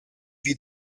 wie